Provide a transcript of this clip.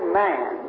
man